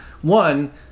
One